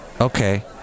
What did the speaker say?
Okay